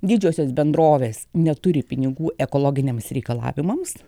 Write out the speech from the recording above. didžiosios bendrovės neturi pinigų ekologiniams reikalavimams